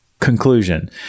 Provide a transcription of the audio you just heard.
Conclusion